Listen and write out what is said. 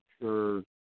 sure